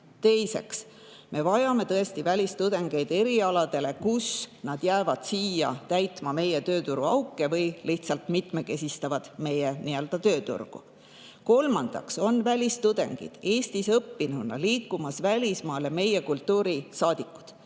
Teiseks, me vajame tõesti välistudengeid erialadele, kus nad jäävad siia täitma meie tööturuauke või lihtsalt mitmekesistavad meie tööturgu. Kolmandaks lähevad välistudengid Eestis õppinuna välismaale tagasi meie kultuurisaadikutena.